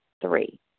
Three